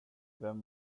vem